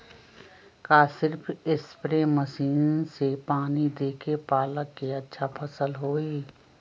का सिर्फ spray machine से पानी देके पालक के अच्छा फसल होई?